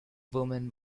woman